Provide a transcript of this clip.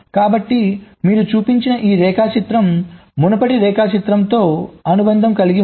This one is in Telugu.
కాబట్టి మీరు చూపించిన ఈ రేఖాచిత్రం మునుపటి రేఖాచిత్రంతో అనుబంధం కలిగి ఉంది